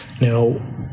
now